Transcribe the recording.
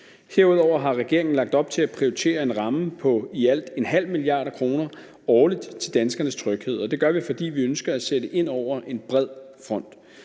Herudover har regeringen lagt op til at prioritere en ramme på i alt 0,5 mia. kr. årligt til danskernes tryghed, og det gør vi, fordi vi ønsker at sætte ind over en bred front.